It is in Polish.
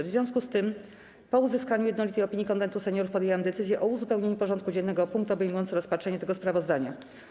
W związku z tym, po uzyskaniu jednolitej opinii Konwentu Seniorów, podjęłam decyzję o uzupełnieniu porządku dziennego o punkt obejmujący rozpatrzenie tego sprawozdania.